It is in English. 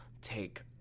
take